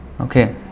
Okay